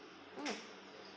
mm